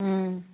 ம்